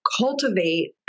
cultivate